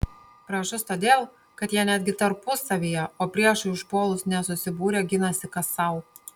pražus todėl kad jie netgi tarpusavyje o priešui užpuolus nesusibūrę ginasi kas sau